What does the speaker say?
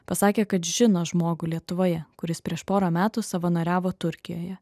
pasakė kad žino žmogų lietuvoje kuris prieš porą metų savanoriavo turkijoje